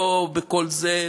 לא בכל זה,